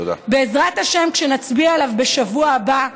בעזרת השם, כשנצביע עליו בשבוע הבא,